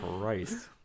Christ